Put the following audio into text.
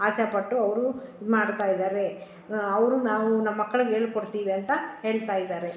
ಆಸೆಪಟ್ಟು ಅವರು ಇದ್ಮಾಡ್ತಾಯಿದಾರೆ ಅವರು ನಾವು ನಮ್ಮಮಕ್ಳಿಗ್ ಹೇಳ್ಕೋಡ್ತೀವಿ ಅಂತ ಹೇಳ್ತಾಯಿದಾರೆ